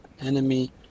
enemy